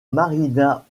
marina